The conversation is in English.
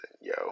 Yo